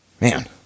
Man